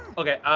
okay,